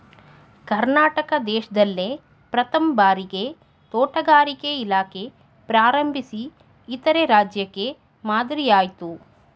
ಕರ್ನಾಟಕ ದೇಶ್ದಲ್ಲೇ ಪ್ರಥಮ್ ಭಾರಿಗೆ ತೋಟಗಾರಿಕೆ ಇಲಾಖೆ ಪ್ರಾರಂಭಿಸಿ ಇತರೆ ರಾಜ್ಯಕ್ಕೆ ಮಾದ್ರಿಯಾಯ್ತು